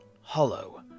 hollow